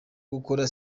gukora